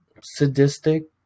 sadistic